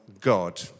God